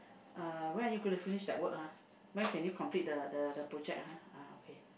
uh when are you going to finish that work ha when can you complete the the project ha ah okay